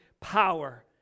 power